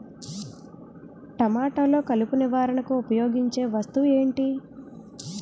టమాటాలో కలుపు నివారణకు ఉపయోగించే వస్తువు ఏంటి?